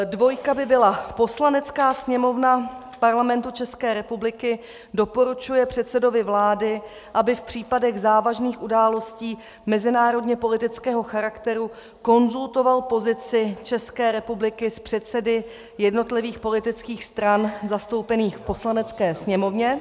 Dvojka by byla: Poslanecká sněmovna Parlamentu ČR doporučuje předsedovi vlády, aby v případech závažných událostí mezinárodněpolitického charakteru konzultoval pozici České republiky s předsedy jednotlivých politických stran zastoupených v Poslanecké sněmovně.